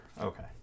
Okay